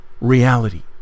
reality